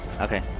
Okay